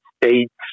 States